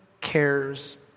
cares